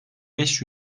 beş